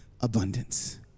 abundance